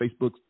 Facebook